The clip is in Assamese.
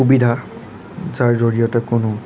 সুবিধা যাৰ জৰিয়তে কোনো